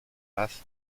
paz